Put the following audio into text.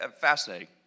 fascinating